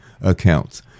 accounts